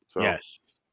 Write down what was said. Yes